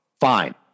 Fine